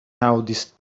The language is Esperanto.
aŭdis